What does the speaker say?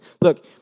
look